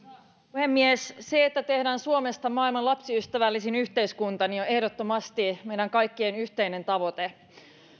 puhemies se että tehdään suomesta maailman lapsiystävällisin yhteiskunta on ehdottomasti meidän kaikkien yhteinen tavoite